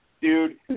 dude